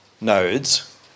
nodes